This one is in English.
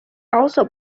also